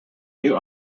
new